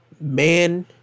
man